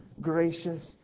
gracious